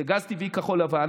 זה גז טבעי כחול-לבן,